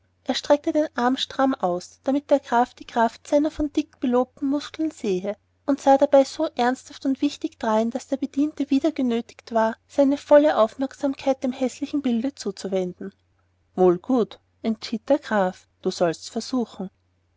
streckte den arm stramm aus damit der graf die kraft seiner von dick belobten muskeln sehe und sah dabei so ernsthaft und wichtig drein daß der bediente wieder genötigt war seine volle aufmerksamkeit dem häßlichen bilde zuzuwenden wohl und gut entschied der graf du sollst's versuchen